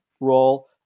role